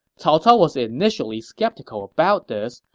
cao cao was initially skeptical about this,